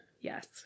Yes